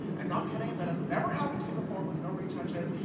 i'm not kidding, that has never happened to me before with no retouches,